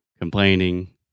complaining